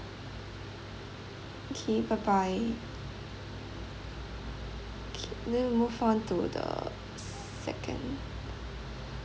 okay bye bye K then we'll move on to the second